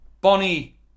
Bonnie